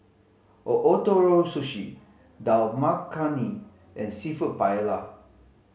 Ootoro Sushi Dal Makhani and Seafood Paella